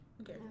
okay